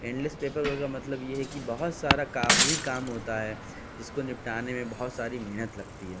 and less paperwork کا مطلب یہ ہے کہ بہت سارا کاغذی کام ہوتا ہے جس کو نپٹانے میں بہت ساری محنت لگتی ہے